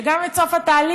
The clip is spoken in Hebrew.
וגם את סוף התהליך